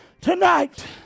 tonight